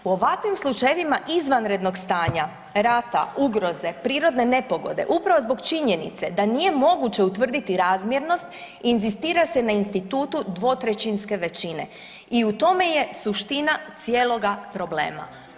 U ovakvim slučajevima izvanrednog stanja, rata, ugroze, prirodne nepogode, upravo zbog činjenice da nije moguće utvrditi razmjernost inzistira se na institutu dvotrećinske većine i u tome je suština cijeloga problema.